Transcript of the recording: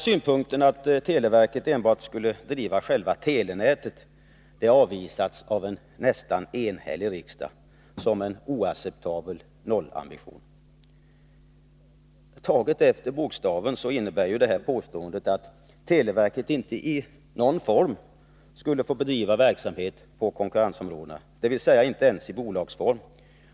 Synpunkten att televerket enbart skulle driva själva telenätet avvisades 1980 av ett nästan enhälligt utskott som en oacceptabel nollambition. Taget efter bokstaven innebär ett sådant krav att televerket inte i någon form skulle få bedriva verksamhet på konkurrensområden, dvs. inte ens i bolagsform.